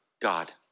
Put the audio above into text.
God